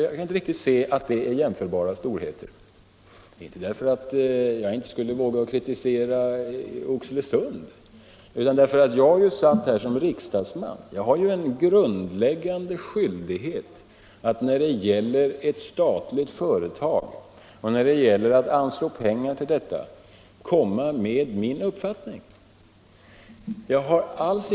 Jag kan inte riktigt tycka att Gränges och NJA är jämförbara storheter — inte för att jag inte skulle våga kritisera en utbyggnad i Oxelösund utan för att jag som riksdagsman har en grundläggande skyldighet att lägga fram min uppfattning när det gäller att anslå pengar till ett statligt företag.